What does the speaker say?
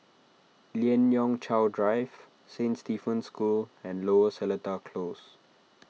Lien Ying Chow Drive Saint Stephen's School and Lower Seletar Close